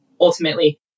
ultimately